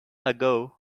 ago